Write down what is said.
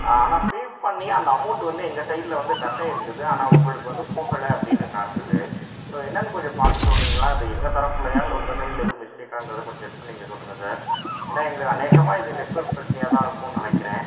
ஆனால் பே பண்ணி அந்த அமௌண்ட்டு வந்து எங்கள் சைடில் வந்து கட்டாகிருக்குது ஆனால் உங்களுக்கு வந்து போகலை அப்படின்னு காட்டுது ஸோ அது என்னென்னு கொஞ்சம் பார்த்து சொல்கிறிங்களா அப்படி எங்கள் தரப்புலேயா இல்லை உங்கள் சைடில் எதுவும் மிஸ்டேக்காங்கிறத கொஞ்சம் செக் பண்ணி நீங்கள் சொல்லுங்கள் சார் ஏன்னால் எங்களுக்கு அனேகமாக இது நெட்ஒர்க் பிரச்சினையா தான் இருக்கும் நினைக்கிறேன்